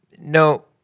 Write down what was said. No